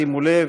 שימו לב,